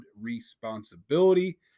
responsibility